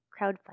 Crowdfunding